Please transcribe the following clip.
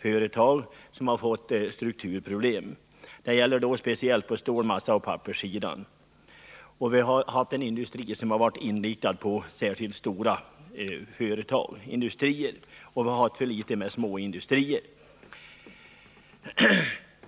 företag som fått strukturproblem. Det gäller speciellt stål-, massaoch papperssidan. Vi har haft en industristruktur med stora företag, och vi har ont om små industrier.